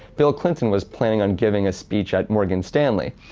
bill clinton was planning on giving a speech at morgan stanley,